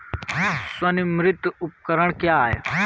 स्वनिर्मित उपकरण क्या है?